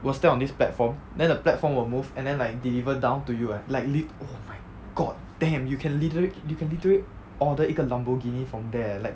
will step on this platform then the platform will move and then like deliver down to you like lit~ oh my god damn you can literally you can literally order 一个 Lamborghini from there eh like